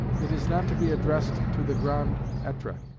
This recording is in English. it is not to be addressed to the grand etre,